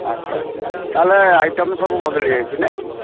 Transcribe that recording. ଆଚ୍ଛା ଆଚ୍ଛା ତା ହେଲେ ଆଇଟମ ସବୁ ବଦଳି ଯାଇଛି ନାଇଁକି